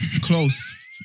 Close